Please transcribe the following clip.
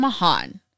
Mahan